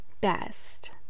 best